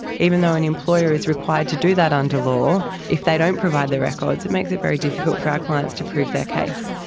even though an employer is required to do that under law, if they don't provide the records it makes it very difficult for our clients to prove their case.